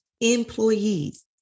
employees